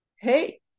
hey